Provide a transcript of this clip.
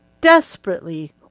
desperately